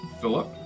philip